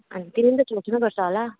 अनि तिमी पनि त सोच्नुपर्छ होला